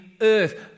earth